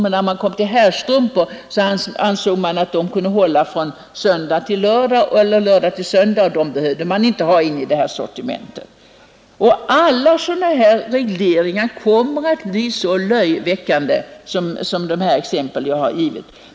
Men när man kom till herrstrumpor ansåg man att de kunde hålla från lördag till måndag, och dem behövde man inte ha i det här sortimentet. Alla sådana här regleringar kommer att bli så löjeväckande som de exempel jag här givit.